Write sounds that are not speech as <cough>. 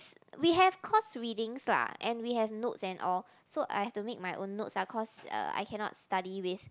<noise> we have course readings lah and we have notes and all so I have to make my own notes ah cause uh I cannot study with